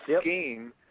scheme